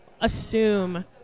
assume